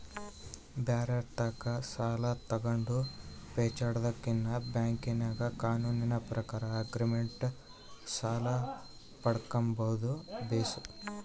ಬ್ಯಾರೆರ್ ತಾಕ ಸಾಲ ತಗಂಡು ಪೇಚಾಡದಕಿನ್ನ ಬ್ಯಾಂಕಿನಾಗ ಕಾನೂನಿನ ಪ್ರಕಾರ ಆಗ್ರಿಮೆಂಟ್ ಸಾಲ ಪಡ್ಕಂಬದು ಬೇಸು